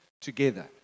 together